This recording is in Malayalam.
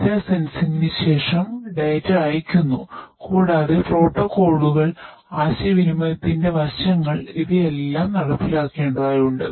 ഡാറ്റആശയവിനിമയത്തിന്റെ വശങ്ങൾ ഇവയെല്ലാം നടപ്പിലാക്കേണ്ടതുണ്ട്